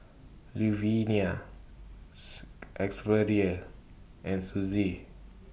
Luvenia and Sussie